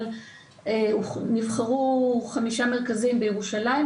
אבל נבחרו חמישה מרכזים בירושלים,